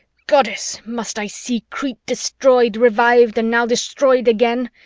goddess! must i see crete destroyed, revived, and now destroyed again?